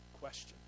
question